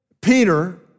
Peter